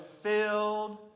filled